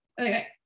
okay